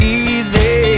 easy